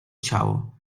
ciało